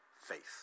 faith